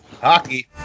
Hockey